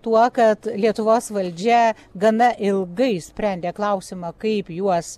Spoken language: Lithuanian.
tuo kad lietuvos valdžia gana ilgai sprendė klausimą kaip juos